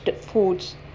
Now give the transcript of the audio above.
foods